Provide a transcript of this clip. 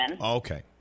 Okay